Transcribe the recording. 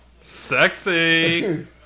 Sexy